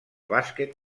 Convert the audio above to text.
bàsquet